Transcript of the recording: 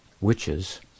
witches